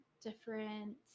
different